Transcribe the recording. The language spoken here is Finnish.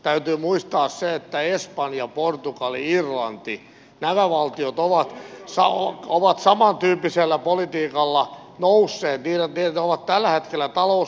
täytyy muistaa se että espanja portugali irlanti nämä valtiot ovat samantyyppisellä politiikalla nousseet ovat tällä hetkellä talouskasvussa